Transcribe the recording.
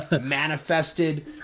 manifested